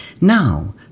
Now